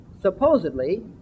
supposedly